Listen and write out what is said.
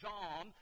John